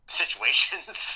situations